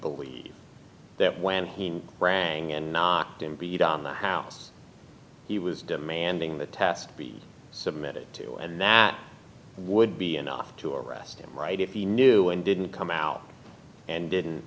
believe that when he rang and knocked him beat on the house he was demanding the test be submitted to and that would be enough to arrest him right if he knew and didn't come out and didn't